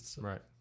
Right